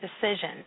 decision